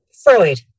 Freud